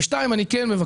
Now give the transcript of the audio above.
ודבר שני, חנן,